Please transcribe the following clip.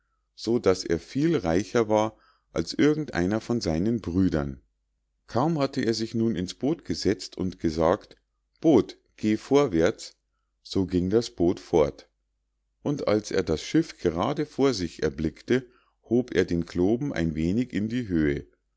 so daß er viel reicher war als irgend einer von seinen brüdern kaum hatte er sich nun ins boot gesetzt und gesagt boot geh vorwärts so ging das boot fort und als er das schiff grade vor sich erblickte hob er den kloben ein wenig in die höhe